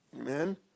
Amen